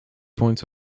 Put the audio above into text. points